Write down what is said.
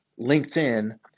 LinkedIn